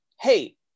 Hey